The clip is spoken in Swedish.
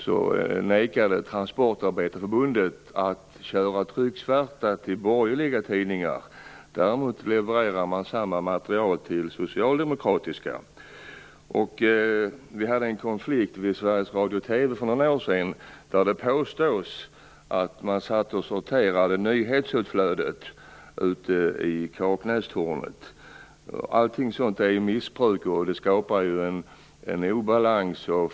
Då nekande Transportarbetareförbundet att köra trycksvärta till borgerliga tidningar. Däremot levererade man samma material till socialdemokratiska tidningar. Vi hade en konflikt vid Sveriges Radio och TV för några år sedan där det påstås att man satt och sorterade nyhetsutflödet ute i Kaknästornet. Allt sådant är ju missbruk, och det skapar en obalans.